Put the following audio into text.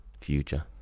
future